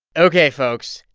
ok, folks,